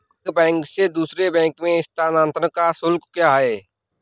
एक बैंक से दूसरे बैंक में स्थानांतरण का शुल्क क्या है?